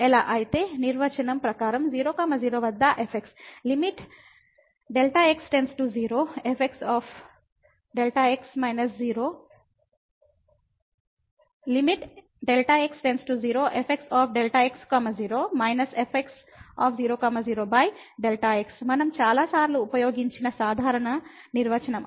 అయితే నిర్వచనం ప్రకారం 0 0 వద్ద fx అనేది Δx 0fxΔ x 0 fx0 0Δ x మనం చాలాసార్లు ఉపయోగించిన సాధారణ నిర్వచనం